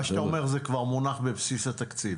שאתה אומר זה שזה כבר מונח בבסיס התקציב.